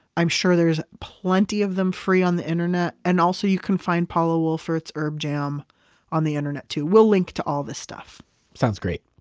i'm sure there's plenty of them free on the internet. and also you can find paula wolfert herb jam on the internet too. we'll link to all this stuff sounds great.